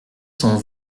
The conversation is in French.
son